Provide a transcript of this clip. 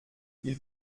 ils